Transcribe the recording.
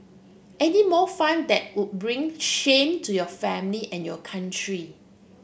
any more fun that would bring shame to your family and your country